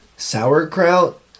sauerkraut